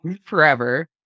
forever